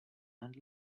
and